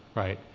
right?